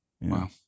Wow